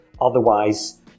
Otherwise